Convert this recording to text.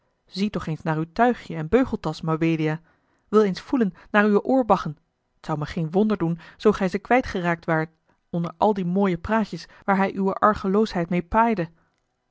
zie toch eens naar uw tuigje en beugeltasch mabelia wil eens voelen naar uw oorbaggen t zou me geen wonder doen zoo gij ze kwijt geraakt waart onder al die mooie praatjes waar hij uwe argeloosheid meê paaide